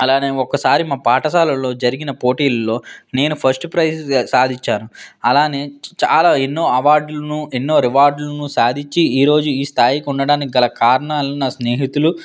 అలాగే ఒక్కసారి మా పాఠశాలలో జరిగిన పోటీల్లో నేను ఫస్ట్ ప్రైజ్ సాధించాను అలాగే చాలా ఎన్నో అవార్డులను ఎన్నో రివార్డులను సాధించి ఈరోజు ఈ స్థాయికి ఉండడానికి గల కారణాలను నా స్నేహితులు